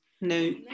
no